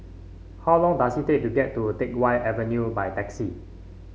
how long does it take to get to Teck Whye Avenue by taxi